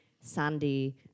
sandy